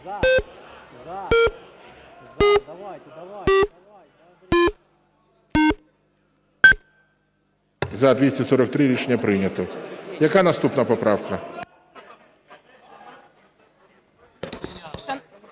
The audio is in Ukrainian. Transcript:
За-243 Рішення прийнято. Яка наступна поправка?